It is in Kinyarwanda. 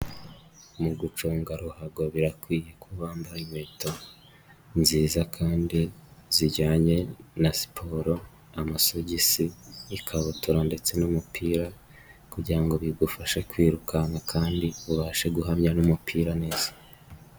Mu guconga ruhago birakwiye ko bamba inkweto nziza kandi zijyanye na siporo, amasogisi, n'ikabutura ndetse n'umupira kugira ngo bigufashe kwirukanka kandi ubashe guhamya n'umupira neza.